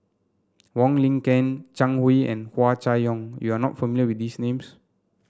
Wong Lin Ken Zhang Hui and Hua Chai Yong you are not familiar with these names